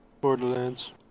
Borderlands